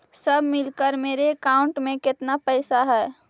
सब मिलकर मेरे अकाउंट में केतना पैसा है?